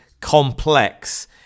complex